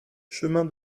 chemin